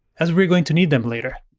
as we're going to need them later.